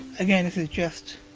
again, this is just.